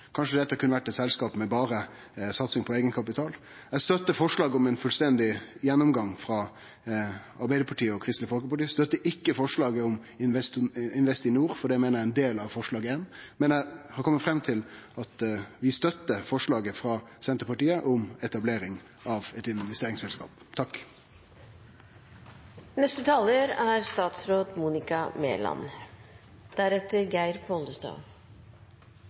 Kanskje dette kunne ha vore eit selskap med satsing berre på eigenkapital. Eg støttar forslaget frå Arbeidarpartiet og Kristeleg Folkeparti om ein fullstendig gjennomgang. Eg støttar ikkje forslaget om Investinor, for det meiner eg er ein del av forslag nr. 1. Men eg har kome fram til at vi støttar forslaget frå Senterpartiet om etablering av eit investeringsselskap. Det er